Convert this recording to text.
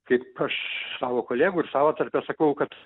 kaip aš savo kolegų ir savo tarpe sakau kad